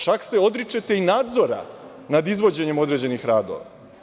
Čak se odričete i nadzora nad izvođenjem određenih radova.